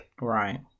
Right